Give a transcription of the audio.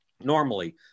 normally